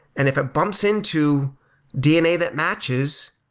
and if it bumps into dna that matches,